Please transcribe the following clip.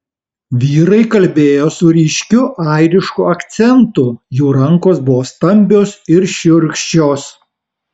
vyrai kalbėjo su ryškiu airišku akcentu jų rankos buvo stambios ir šiurkščios